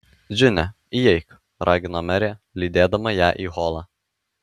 džine įeik ragino merė lydėdama ją į holą